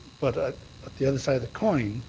but ah the other side of the coin,